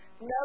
No